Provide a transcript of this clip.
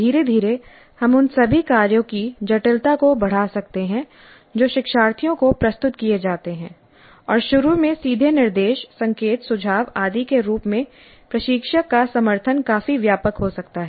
धीरे धीरे हम उन सभी कार्यों की जटिलता को बढ़ा सकते हैं जो शिक्षार्थियों को प्रस्तुत किए जाते हैं और शुरू में सीधे निर्देश संकेत सुझाव आदि के रूप में प्रशिक्षक का समर्थन काफी व्यापक हो सकता है